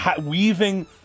weaving